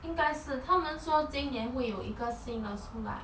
应该是他们说今年会有一个新的出来